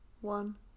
one